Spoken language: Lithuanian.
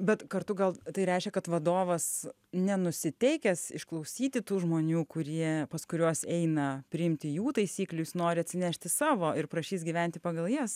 bet kartu gal tai reiškia kad vadovas nenusiteikęs išklausyti tų žmonių kurie pas kuriuos eina priimti jų taisyklių jis nori atsinešti savo ir prašys gyventi pagal jas